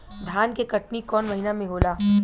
धान के कटनी कौन महीना में होला?